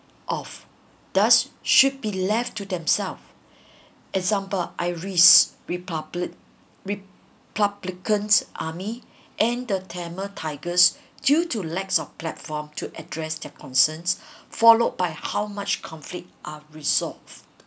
of thus should be left to themselves example irish republic republicans army and the tamil tigers due to lack of platform to address their concerns followed by how much conflict of resolved